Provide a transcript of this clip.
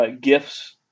gifts